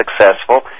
successful